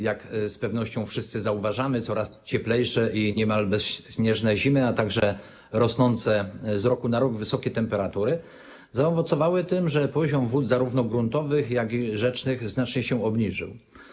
Jak z pewnością wszyscy zauważamy, coraz cieplejsze i niemal bezśnieżne zimy, a także rosnące z roku na rok wysokie temperatury zaowocowały tym, że poziom wód, zarówno gruntowych, jak i rzecznych, znacznie się obniżył.